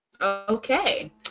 Okay